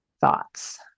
thoughts